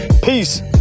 Peace